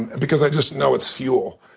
because i just know it's fuel.